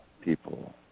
people